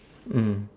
mm